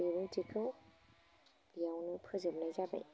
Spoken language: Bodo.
बिबुंथिखौ बेयावनो फोजोबनाय जाबाय